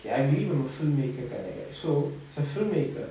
okay I believe I'm a filmmaker kind of guy so as a filmmaker